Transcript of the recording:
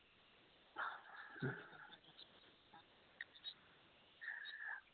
ते